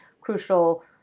crucial